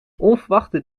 onverwachte